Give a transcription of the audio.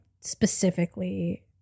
specifically